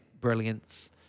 brilliance